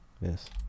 Yes